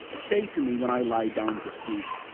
say to me when i lie down to sleep,